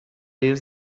use